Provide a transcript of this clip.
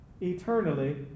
eternally